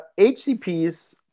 HCPs